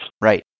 Right